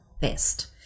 best